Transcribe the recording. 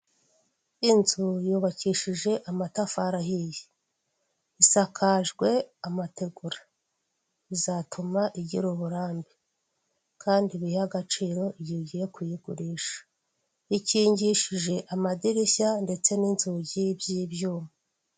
Inzu yubakishije amatafari ahiye isakajwe amategura, bizatuma igira uburambe kandi biyihe agaciro igihe ugiye kuyigurisha ikingishije amadirishya ndetse n'inzugi by'ibyuma.